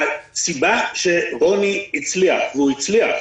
הסיבה שרוני הצליח, והוא הצליח,